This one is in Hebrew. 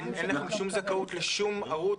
אין לכם שום זכאות לשום ערוץ?